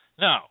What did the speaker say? No